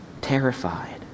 terrified